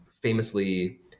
famously